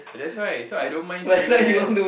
ya that's why I don't mind staying there